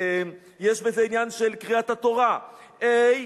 יש בזה עניין של קריאת התורה, ה'